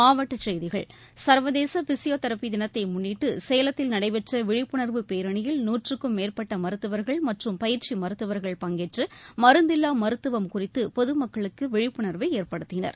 மாவட்டக் செய்கிகள் சர்வதேச பிசியோதெரபி தினத்தை முன்னிட்டு சேலத்தில் நடைபெற்ற விழிப்புணர்வு பேரணியில் நூற்றுக்கும் மேற்பட்ட மருத்துவர்கள் மற்றும் பயிற்சி மருத்துவர்கள் பங்கேற்று மருந்தில்லா மருத்துவம் குறித்து பொதுமக்களுக்கு விழிப்புணர்வை ஏற்படுத்தினர்